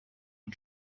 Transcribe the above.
und